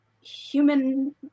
human